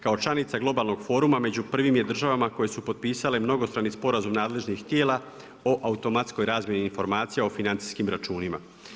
Kao članica globalnog foruma među prvim je državama koje su potpisale mnogostrani sporazum nadležnih tijela o automatskoj razmjeni informacija o financijskim računima.